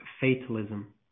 fatalism